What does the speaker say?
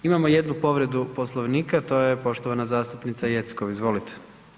Imamo jednu povredu Poslovnika, to je poštovana zastupnica Jeckov, izvolite.